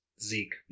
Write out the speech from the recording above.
Zeke